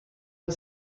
and